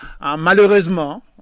malheureusement